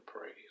praise